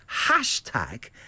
hashtag